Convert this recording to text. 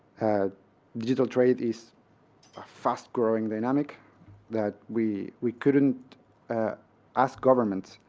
ah digital trade is a fast-growing dynamic that we we couldn't ask government.